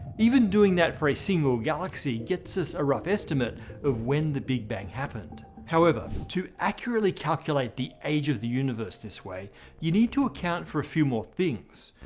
even doing that for a single galaxy gets us a rough estimate of when the big bang happened. however to accurately calculate the age of the universe this way you need to account for a few more things.